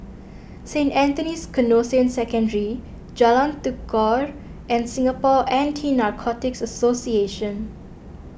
Saint Anthony's Canossian Secondary Jalan Tekukor and Singapore Anti Narcotics Association